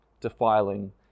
defiling